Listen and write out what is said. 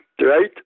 right